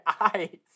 eyes